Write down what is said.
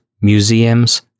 museums